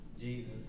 Jesus